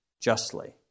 justly